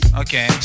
okay